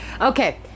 okay